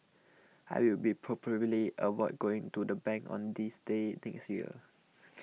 I will be probably avoid going to the bank on this day next year